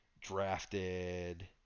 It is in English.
drafted